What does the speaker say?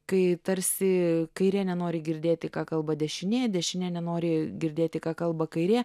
kai tarsi kairė nenori girdėti ką kalba dešinė dešinė nenori girdėti ką kalba kairė